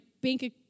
bank